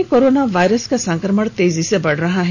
पलामू में coronavirus का संक्रमण तेजी से बढ़ रहा है